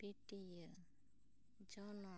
ᱯᱟᱹᱴᱤᱭᱟᱹ ᱡᱚᱱᱚᱜ ᱠᱟᱱᱛᱷᱟ ᱮᱢᱟᱱ ᱛᱮᱱᱟᱜ